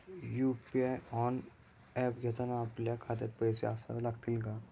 UPI app घेताना आपल्या खात्यात पैसे असावे लागतात का?